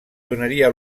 donaria